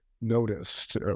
noticed